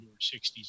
60s